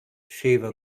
shiva